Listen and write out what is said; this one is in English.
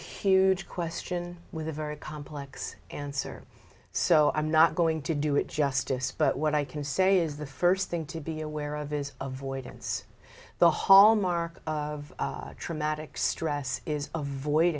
huge question with a very complex answer so i'm not going to do it justice but what i can say is the first thing to be aware of is avoidance the hallmark of traumatic stress is